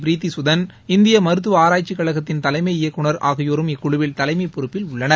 ப்ரீத்தி சுதன் இந்திய மருத்துவக் ஆராய்ச்சிக் கழகத்தின் தலைமை இயக்குநர் ஆகியோரும் இக்குழுவில் தலைமை பொறுப்பில் உள்ளனர்